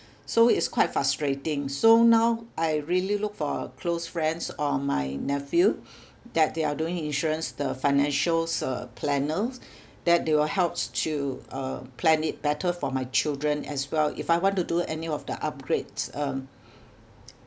so it's quite frustrating so now I really look for uh close friends or my nephew that they are doing insurance the financials uh planners that they will helps to uh plan it better for my children as well if I want to do any of the upgrade um